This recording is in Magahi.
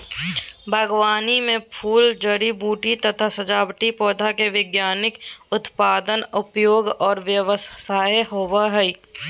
बागवानी मे फूल, जड़ी बूटी तथा सजावटी पौधा के वैज्ञानिक उत्पादन, उपयोग आर व्यवसाय होवई हई